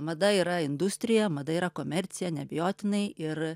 mada yra industrija mada yra komercija neabejotinai ir